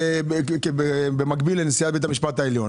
זה במקביל לנשיאת בית המשפט העליון,